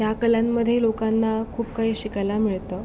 त्या कलांमध्ये लोकांना खूप काही शिकायला मिळतं